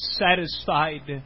satisfied